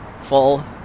full